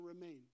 remain